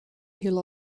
hill